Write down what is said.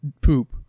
poop